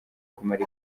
kumara